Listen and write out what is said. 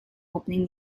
opening